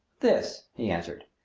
this, he answered,